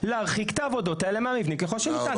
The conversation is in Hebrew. להרחיק את העבודות האלה מהמבנים ככל שניתן.